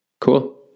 cool